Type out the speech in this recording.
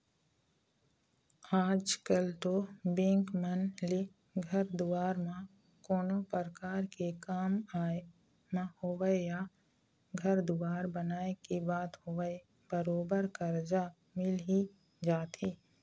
आजकल तो बेंक मन ले घर दुवार म कोनो परकार के काम आय म होवय या घर दुवार बनाए के बात होवय बरोबर करजा मिल ही जाथे